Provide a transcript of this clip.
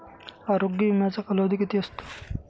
आरोग्य विम्याचा कालावधी किती असतो?